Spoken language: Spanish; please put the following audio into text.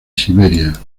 siberia